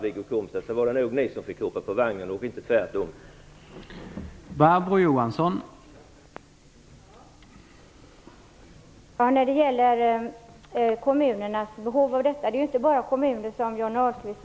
I de flesta fallen var det nog ni som fick hoppa på vagnen och inte tvärtom, Wiggo Komstedt!